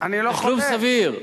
תשלום סביר.